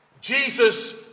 Jesus